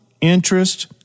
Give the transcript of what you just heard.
interest